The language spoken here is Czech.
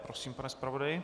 Prosím, pane zpravodaji.